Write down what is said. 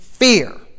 fear